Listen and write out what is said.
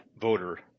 voter